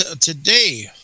today